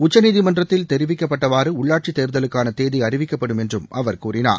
உச்சநீதிமன்றத்தில் தெரிவிக்கப்பட்டவாறுஉள்ளாட்சிதேர்தலுக்கானதேதிஅறிவிக்கப்படும் என்றும் அவர் கூறினார்